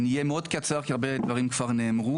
אני אהיה מאוד קצר כי הרבה דברים כבר נאמרו.